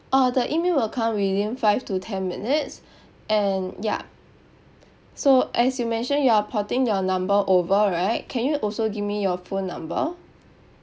uh the email will come within five to ten minutes and ya so as you mentioned you are porting your number over right can you also give me your phone number